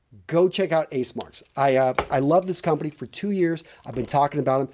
go check out ace marks. i ah um i love this company. for two years, i've been talking about them.